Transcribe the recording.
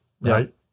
right